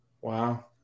Wow